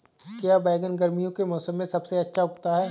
क्या बैगन गर्मियों के मौसम में सबसे अच्छा उगता है?